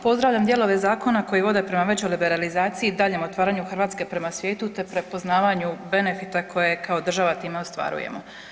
Pozdravljam dijelove zakona koji vode prema većoj liberalizaciji i daljnjem otvaranju Hrvatske prema svijetu, te prepoznavanju benefita koje kao država time ostvarujemo.